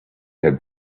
had